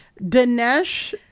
Dinesh